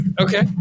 Okay